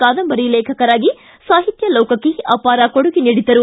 ಕಾದಂಬರಿ ಲೇಖಕರಾಗಿ ಸಾಹಿತ್ಯ ಲೋಕಕ್ಕೆ ಅಪಾರ ಕೊಡುಗೆ ನೀಡಿದ್ದರು